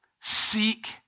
Seek